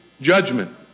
judgment